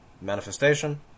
manifestation